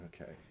Okay